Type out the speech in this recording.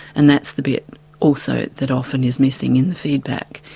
and that's the bit also that often is missing in the feedback,